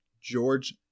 George